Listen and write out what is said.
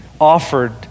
offered